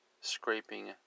scraping